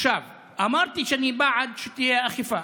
אמרתי שאני בעד שתהיה אכיפה,